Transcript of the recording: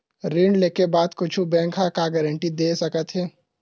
ऋण लेके बाद कुछु बैंक ह का गारेंटी दे सकत हे?